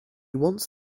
wants